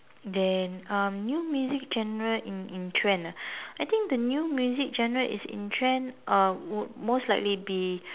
then um new music genres in in trend ah I think the new music genre is in trend uh would most likely be